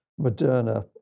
Moderna